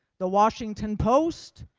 the washington post,